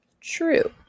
true